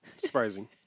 Surprising